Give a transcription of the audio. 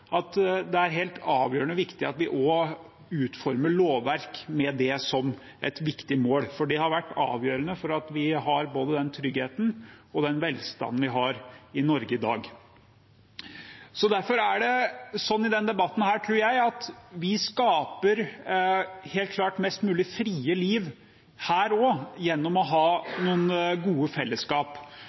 at det er helt avgjørende viktig at vi også utformer lovverk med det som et viktig mål. Det har vært avgjørende for at vi har både den tryggheten og den velstanden vi har i Norge i dag. Derfor er det sånn i denne debatten, tror jeg, at vi skaper helt klart mest mulig frie liv her også gjennom å ha noen gode fellesskap.